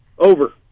Over